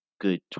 good